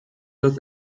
das